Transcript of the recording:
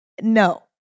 No